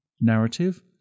Narrative